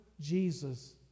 jesus